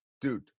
dude